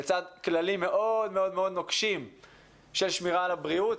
לצד כללים מאוד מאוד נוקשים של שמירה על הבריאות.